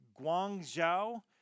Guangzhou